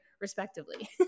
respectively